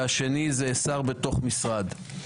והשני זה שר בתוך משרד.